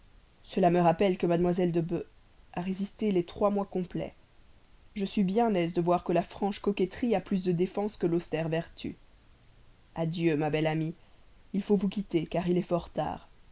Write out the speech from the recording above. cela me rappelle que mme de b a résisté les trois mois complets je suis bien aise de voir que la franche coquetterie a plus de défense que l'austère vertu adieu ma belle amie il faut vous quitter car il est fort tard